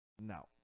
No